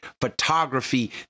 photography